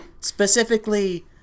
Specifically